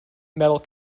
medal